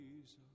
Jesus